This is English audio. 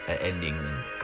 ending